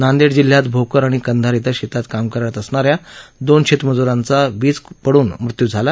नांदेड जिल्ह्यात भोकर आणि कंधार इथं शेतात काम करत असणाऱ्या दोन शेतमजूरांचा काल वीज पडून मृत्यू झाला